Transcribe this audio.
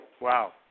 Wow